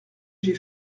j’ai